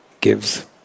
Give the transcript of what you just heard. gives